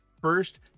first